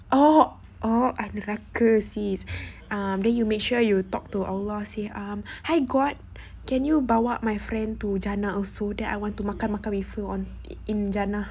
oh oh I neraka sis um then you make sure you talk to allah say um hi god can you bawa my friend to jannah also then I want to makan-makan with her on in jannah